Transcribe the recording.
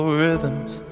rhythms